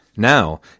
Now